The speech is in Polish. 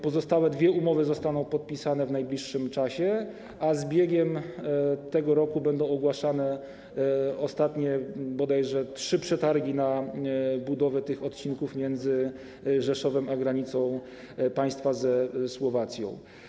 Pozostałe dwie umowy zostaną podpisane w najbliższym czasie, a z biegiem tego roku będą ogłaszane ostatnie bodajże trzy przetargi na budowę tych odcinków między Rzeszowem a granicą państwa ze Słowacją.